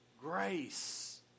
Grace